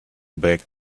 back